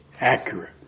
accurate